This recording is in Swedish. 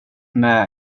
med